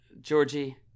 Georgie